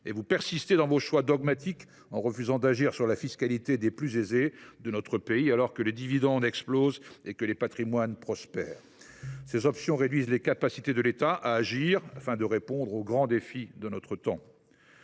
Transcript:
; vous persistez dans vos choix dogmatiques en refusant d’agir sur la fiscalité des plus aisés de notre pays, alors que les dividendes explosent et que les patrimoines prospèrent. Ces options réduisent la capacité de l’État à agir pour répondre aux grands défis de notre temps.